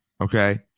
Okay